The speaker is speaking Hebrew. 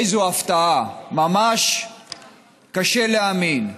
איזו הפתעה, ממש קשה להאמין.